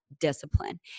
discipline